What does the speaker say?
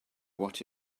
what